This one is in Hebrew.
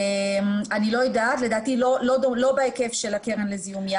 אני לא יודעת, לדעתי לא בהיקף של הקרן לזיהום ים.